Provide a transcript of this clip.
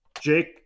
Jake